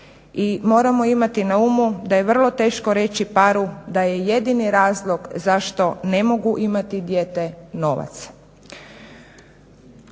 I moramo imati na umu da je vrlo teško reći paru da je jedini razlog zašto ne mogu imati dijete novac.